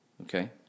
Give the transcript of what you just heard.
Okay